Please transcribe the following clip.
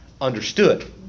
understood